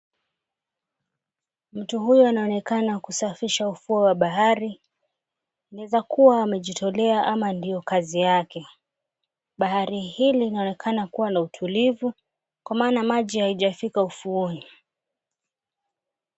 Mtu huyu anaonekana kusafisha ufuo wa bahari, yaweza kuwa amejitolea ama ndio kazi yake. Bahari hili linaonekana kuwa la utulivu kwa maana maji hayajafika ufuoni.